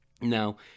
Now